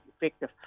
effective